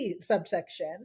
subsection